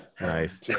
Nice